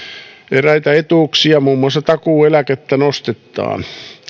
eräitä etuuksia muun muassa takuueläkettä nostetaan